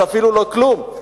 זה אפילו לא כלום.